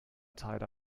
tied